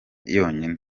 yonyine